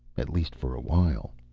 at least, for awhile.